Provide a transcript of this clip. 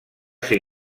ser